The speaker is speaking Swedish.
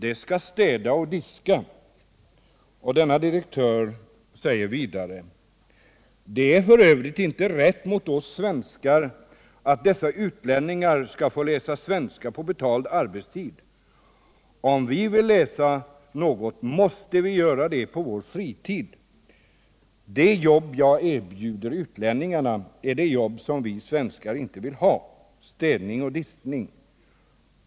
De ska städa och diska.” Denne direktör säger vidare: ”Det är för övrigt inte rätt mot oss svenskar att dessa utlänningar ska få läsa svenska på betald arbetstid. Om vi vill läsa något måste vi göra det på vår fritid. De jobb jag erbjuder utlänningarna är de jobb som vi svenskar inte vill ha, städning och diskning.